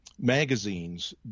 magazines